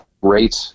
great